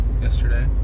yesterday